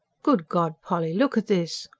good god, polly, look at this!